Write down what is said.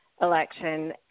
election